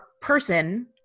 person